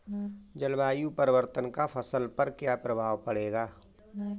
जलवायु परिवर्तन का फसल पर क्या प्रभाव पड़ेगा?